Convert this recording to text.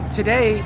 today